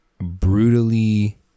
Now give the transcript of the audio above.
brutally